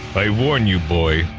i warn you, boy.